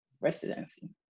residency